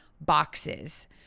boxes